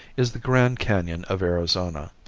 is the grand canon of arizona,